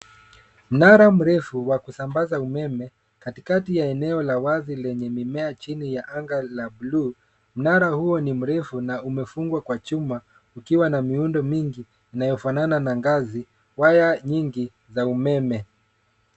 Mnara mrefu wa kusambaza umeme katikati ta eneo wazi lenye mimea chini ya anga la bluu. Mnara huu ni mrefu na umefungwa kwa chuma ukiwa miundo mingi inayofanana na ngazi waya nyingi za umeme.